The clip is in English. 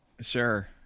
Sure